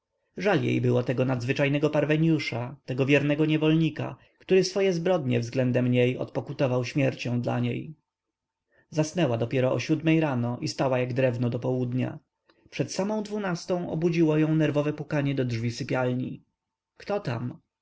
żal jej było tego nadzwyczajnego parweniusza tego wiernego niewolnika który swoje zbrodnie względem niej odpokutował śmiercią dla niej zasnęła dopiero o siódmej rano i spała jak drewno do południa przed samą dwunastą obudziło ją nerwowe pukanie do drzwi sypialni kto tam